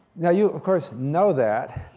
now, you, of course, know that.